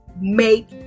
make